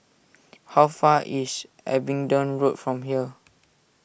how far is Abingdon Road from here